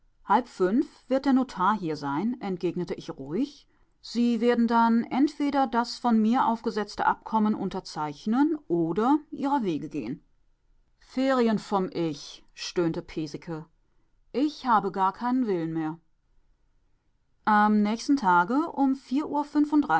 wird der notar hier sein entgegnete ich ruhig sie werden dann entweder das von mir aufgesetzte abkommen unterzeichnen oder ihrer wege gehen ferien vom ich stöhnte piesecke ich habe gar keinen willen mehr am nächsten tage um vier uhr